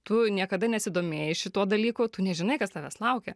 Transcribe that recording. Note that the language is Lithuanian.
tu niekada nesidomėjai šituo dalyku tu nežinai kas tavęs laukia